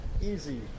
easy